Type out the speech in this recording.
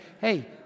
hey